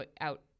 out